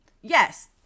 Yes